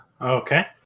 Okay